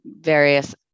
various